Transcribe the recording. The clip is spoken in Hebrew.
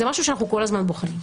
זה משהו שאנחנו כל הזמן בוחנים.